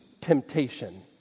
temptation